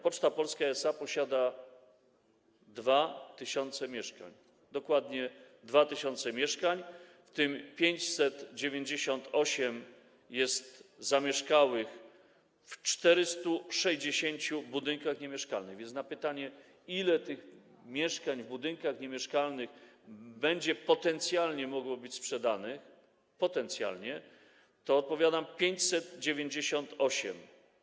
Poczta Polska SA posiada 2 tys. mieszkań, dokładnie 2 tys. mieszkań, w tym 598 jest zamieszkałych w 460 budynkach niemieszkalnych, więc na pytanie, ile tych mieszkań w budynkach niemieszkalnych potencjalnie będzie mogło być sprzedanych, odpowiadam: 598.